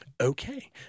Okay